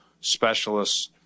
specialists